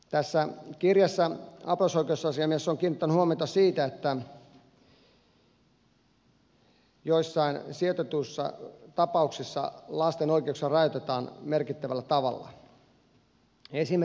tässä kirjassa apulaisoikeusasiamies on kiinnittänyt huomiota siihen että joissain sijoitetuissa tapauksissa lasten oikeuksia rajoitetaan merkittävällä tavalla